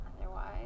otherwise